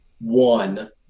one